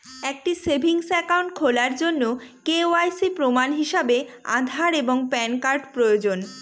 একটি savings account খোলার জন্য কে.ওয়াই.সি প্রমাণ হিসাবে আধার এবং প্যান কার্ড প্রয়োজন